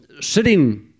sitting